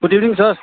good evening sir